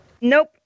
Nope